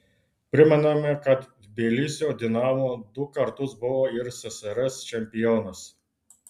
primename kad tbilisio dinamo du kartus buvo ir ssrs čempionas